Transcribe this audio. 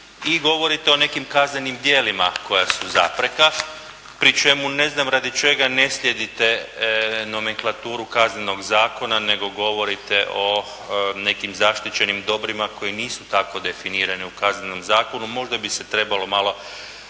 i govorite o nekim kaznenim djelima koja su zapreka, pri čemu ne znam radi čega ne slijedite nomenklaturu Kaznenog zakona, nego govorite o nekim zaštićenim dobrima koji nisu tako definirani u Kaznenom zakonu. Možda bi se trebalo malo